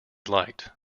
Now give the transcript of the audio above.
liked